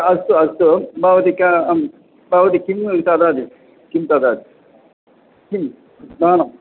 अस्तु अस्तु भवती का भवती किं ददाति किं ददाति किं मानम्